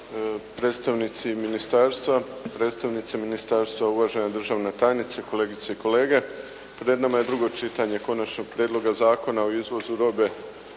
predstavnici ministarstva, predstavnici ministarstva, uvažena državna tajnice, kolegice i kolege. Pred nama je drugo čitanje Konačnoga prijedloga zakona o izvozu robe